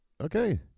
okay